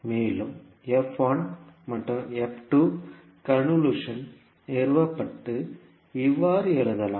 மேலும் மற்றும் கன்வொல்யூஷன் நிறுவப்பட்டு இவ்வாறு எழுதலாம்